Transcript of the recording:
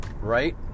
right